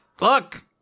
Look